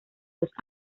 los